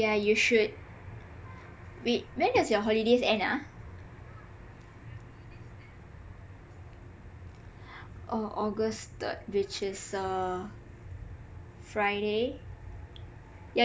yah you should wait when does your holidays end ah orh august third which is the friday